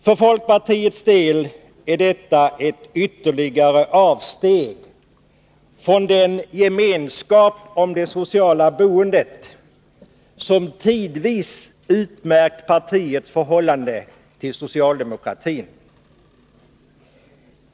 För folkpartiets del är detta ett ytterligare avsteg från den gemenskap om det sociala boendet som tidvis utmärkt partiets förhållande till socialdemokratin.